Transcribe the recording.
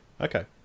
Okay